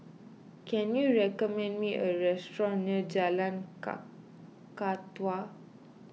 can you recommend me a restaurant near Jalan Kakatua